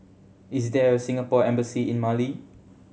is there a Singapore Embassy in Mali